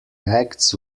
acts